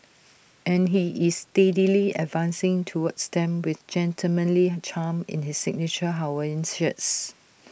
and he is steadily advancing towards them with gentlemanly charm in his signature Hawaiian shirts